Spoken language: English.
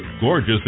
gorgeous